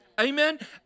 Amen